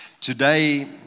Today